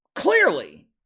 Clearly